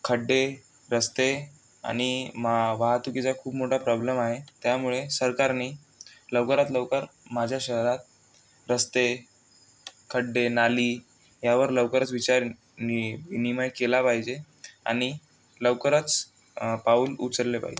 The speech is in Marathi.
खड्डे रस्ते आणि मा वाहतुकीचा खूप मोठा प्रॉब्लेम आहे त्यामुळे सरकारने लवकरात लवकर माझ्या शहरात रस्ते खड्डे नाली यावर लवकरच विचारनीविनिमय केला पाहिजे आणि लवकरच पाऊल उचलले पाहिजे